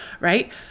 right